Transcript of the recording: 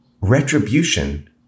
retribution